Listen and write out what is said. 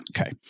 Okay